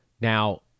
Now